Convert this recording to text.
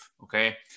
Okay